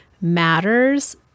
matters